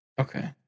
Okay